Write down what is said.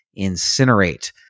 incinerate